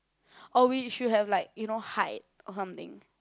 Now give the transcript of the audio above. or we should have like you know hide or something